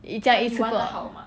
一件衣服